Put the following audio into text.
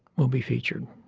will be featured.